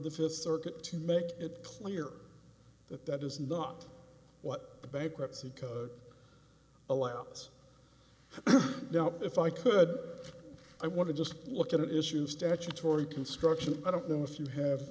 the fifth circuit to make it clear that that is not what the bankruptcy code allows now if i could i want to just look at an issue of statutory construction i don't know if you have